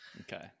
Okay